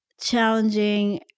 challenging